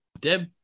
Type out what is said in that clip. Deb